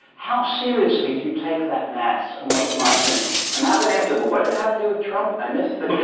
how seriously do you take that maths and what it might mean? i'm happy to answer but what does it have to do with trump, i missed the connection